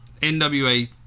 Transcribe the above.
NWA